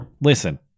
Listen